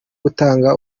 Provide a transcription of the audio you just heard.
gutanga